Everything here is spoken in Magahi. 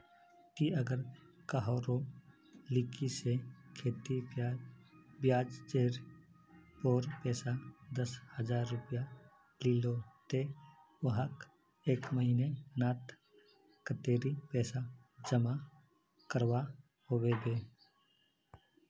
ती अगर कहारो लिकी से खेती ब्याज जेर पोर पैसा दस हजार रुपया लिलो ते वाहक एक महीना नात कतेरी पैसा जमा करवा होबे बे?